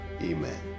amen